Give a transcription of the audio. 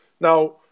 Now